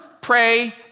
pray